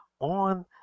on